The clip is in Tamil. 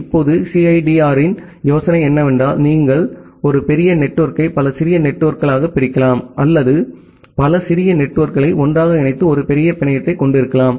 இப்போது சிஐடிஆரின் யோசனை என்னவென்றால் நீங்கள் ஒரு பெரிய நெட்வொர்க்கை பல சிறிய நெட்வொர்க்குகளாகப் பிரிக்கலாம் அல்லது பல சிறிய நெட்வொர்க்குகளை ஒன்றாக இணைத்து ஒரு பெரிய பிணையத்தைக் கொண்டிருக்கலாம்